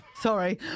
Sorry